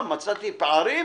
מצאתי פערים,